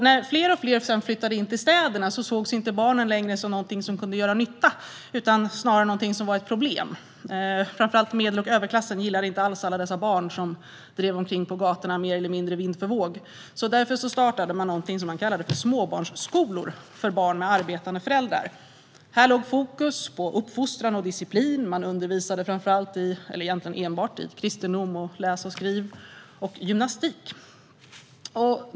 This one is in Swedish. När fler och fler sedan flyttade in till städerna sågs inte längre barnen som något man kunde ha nytta av utan snarare som ett problem. Framför allt medel och överklassen gillade inte alls alla dessa barn som drev runt barn på gatorna mer eller mindre vind för våg. Därför startade man någonting man kallade småbarnsskolor för barn med arbetande föräldrar. Fokus här låg på uppfostran och disciplin. Man undervisade framför allt - eller egentligen enbart - i kristendom, läsning, skrivning och gymnastik.